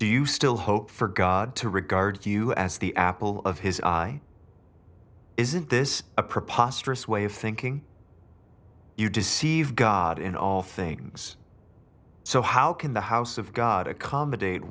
do you still hope for god to regard you as the apple of his eye isn't this a preposterous way of thinking you deceive god in all things so how can the house of god accommodate